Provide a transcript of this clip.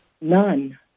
none